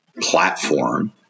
platform